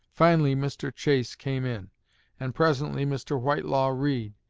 finally mr. chase came in and presently mr. whitelaw reid,